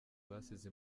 basize